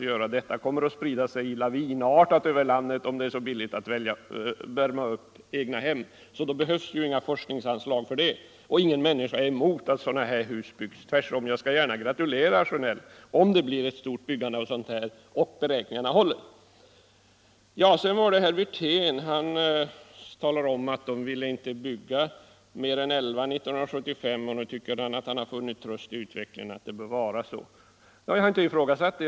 Det uppvärmningssystemet kommer att sprida sig lavinartat över landet, om det är så billigt att värma upp egnahem. Det behövs, som sagt, inga forskningsanslag för detta och ingen människa är emot att sådana hus byggs. Tvärtom, jag skall gärna gratulera herr Sjönell om det blir ett omfattande byggande av sådana hus och beräkningarna håller. Sedan var det herr Wirtén. Han talar om att folkpartiet inte ville bygga mer än elva reaktorer 1975. Nu tycker han att han funnit tröst i utvecklingen att det bör vara så. Jag har inte ifrågasatt det.